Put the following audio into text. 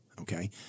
Okay